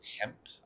hemp